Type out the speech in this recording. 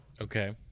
Okay